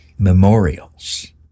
Memorials